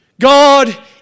God